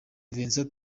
vincent